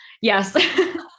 yes